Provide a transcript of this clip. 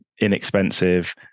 inexpensive